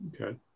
Okay